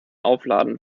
aufladen